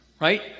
Right